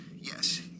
Yes